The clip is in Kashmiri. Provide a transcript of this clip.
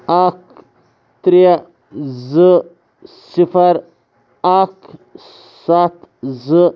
اَکھ ترٛےٚ زٕ صِفر اَکھ سَتھ زٕ